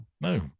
No